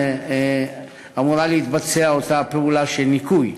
אמורה להתבצע אותה פעולה של ניקוי.